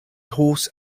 horse